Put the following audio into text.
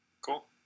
cool